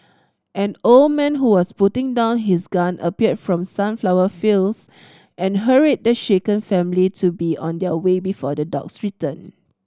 an old man who was putting down his gun appeared from the sunflower fields and hurried the shaken family to be on their way before the dogs return